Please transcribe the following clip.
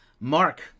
Mark